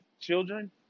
children